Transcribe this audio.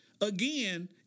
again